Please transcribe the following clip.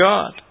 God